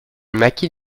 maquis